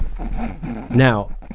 now